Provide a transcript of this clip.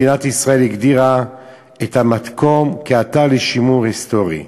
מדינת ישראל הגדירה את המקום כאתר לשימור היסטורי.